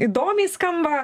įdomiai skamba